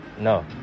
no